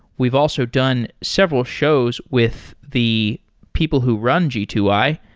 we've also done several shows with the people who run g two i,